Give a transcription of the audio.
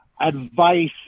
advice